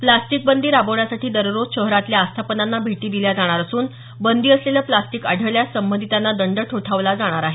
प्लास्टिकबंदी राबवण्यासाठी दररोज शहरातल्या आस्थापनांना भेटी दिल्या जाणार असून बंदी असलेलं प्लास्टीक आढळल्यास संबंधितांना दंड ठोठावला जाणार आहे